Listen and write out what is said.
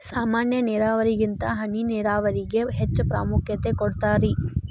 ಸಾಮಾನ್ಯ ನೇರಾವರಿಗಿಂತ ಹನಿ ನೇರಾವರಿಗೆ ಹೆಚ್ಚ ಪ್ರಾಮುಖ್ಯತೆ ಕೊಡ್ತಾರಿ